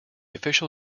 official